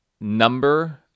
number